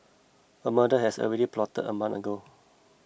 a murder has already plotted a month ago